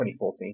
2014